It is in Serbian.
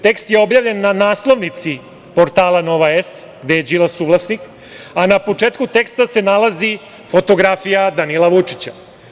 Tekst je objavljen na naslovnici portala "Nova S", gde je Đilas suvlasnik, a na početku teksta se nalazi fotografija Danila Vučića.